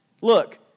Look